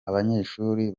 abanyeshuri